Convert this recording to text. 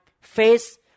face